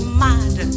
mad